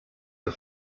the